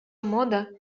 мода